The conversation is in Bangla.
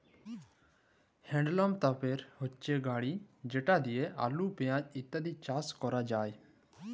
হাউলম তপের হচ্যে গাড়ি যেট লিয়ে আলু, পেঁয়াজ ইত্যাদি চাস ক্যরাক যায়